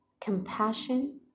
compassion